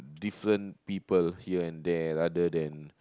different people here and there rather than